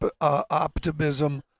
optimism